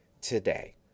today